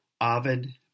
Ovid